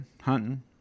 hunting